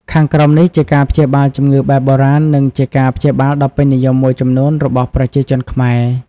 ខាងក្រោមនេះជាការព្យាបាលជំងឺបែបបុរាណ និងជាការព្យាបាលដ៏ពេញនិយមមួយចំនួនរបស់ប្រជាជនខ្មែរ។